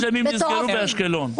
עסקים שלמים נסגרו באשקלון.